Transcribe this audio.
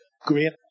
great